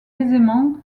aisément